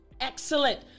excellent